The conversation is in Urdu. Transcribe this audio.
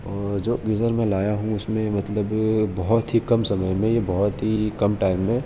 اور جو گیزر میں لایا ہوں اس میں مطلب بہت ہی کم سمے میں یہ بہت ہی کم ٹائم میں